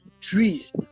Trees